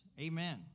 Amen